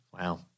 Wow